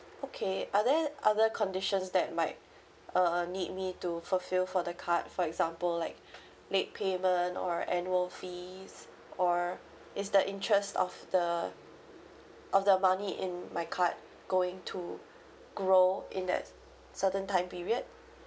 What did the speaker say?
okay are there other conditions that might uh need me to fulfil for the card for example like late payment or annual fees or is the interest of the of the money in my card going to grow in that certain time period